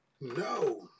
no